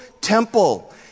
temple